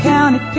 County